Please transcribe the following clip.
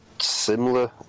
similar